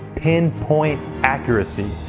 pinpoint accuracy.